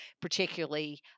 particularly